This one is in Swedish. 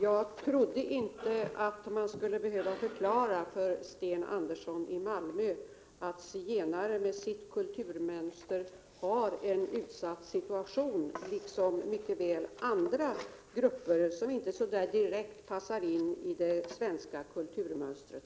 Jag trodde inte att man skulle behöva förklara för Sten Andersson i Malmö att zigenare med sitt kulturmönster är i en utsatt situation, liksom andra grupper som inte direkt passar in i det svenska kulturmönstret.